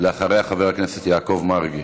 ואחריה, חבר הכנסת יעקב מרגי.